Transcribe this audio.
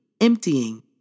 emptying